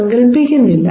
സങ്കൽപ്പിക്കുന്നില്ല